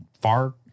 far